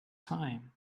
time